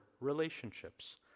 relationships